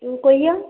ம் கொய்யா